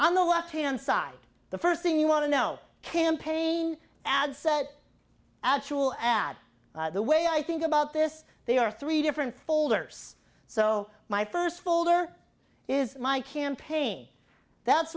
on the left hand side the first thing you want to know campaign ad said actual ad the way i think about this they are three different folders so my first fuller is my campaign that's